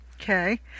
Okay